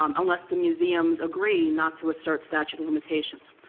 um unless the museums agree not to assert statute of limitations.